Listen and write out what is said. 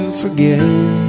forget